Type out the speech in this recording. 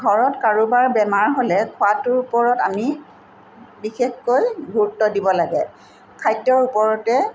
ঘৰত কাৰোবাৰ বেমাৰ হ'লে খোৱাটোৰ ওপৰত আমি বিশেষকৈ গুৰুত্ব দিব লাগে খাদ্যৰ ওপৰতে